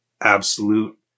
absolute